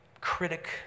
critic